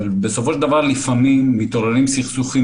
בסופו של דבר לפעמים מתעוררים סכסוכים